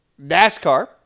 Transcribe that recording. NASCAR